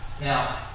Now